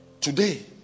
Today